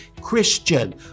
Christian